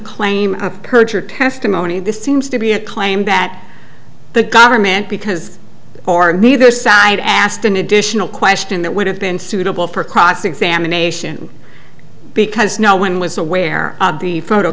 claim of perjured testimony this seems to be a claim that the government because or neither side asked an additional question that would have been suitable for cross examination because no one was aware of the photo